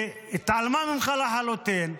והיא התעלמה ממך לחלוטין.